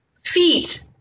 feet